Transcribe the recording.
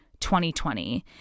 2020